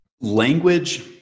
Language